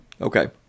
Okay